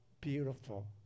beautiful